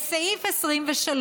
בסעיף 23,